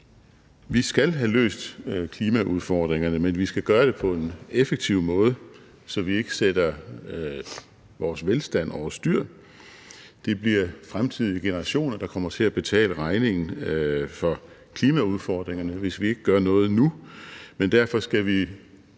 Vi skal have løst klimaudfordringerne, men vi skal gøre det på en effektiv måde, så vi ikke sætter vores velstand over styr. Det bliver fremtidige generationer, der kommer til at betale regningen for klimaudfordringerne, hvis vi ikke gør noget nu, men netop derfor skal vi